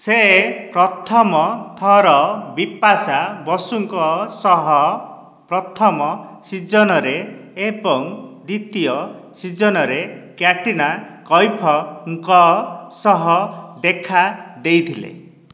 ସେ ପ୍ରଥମ ଥର ବିପାଶା ବସୁଙ୍କ ସହ ପ୍ରଥମ ସିଜନ୍ରେ ଏବଂ ଦ୍ୱିତୀୟ ସିଜନ୍ରେ କ୍ୟାଟ୍ରିନା କୈଫଙ୍କ ସହ ଦେଖା ଦେଇଥିଲେ